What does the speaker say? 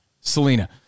Selena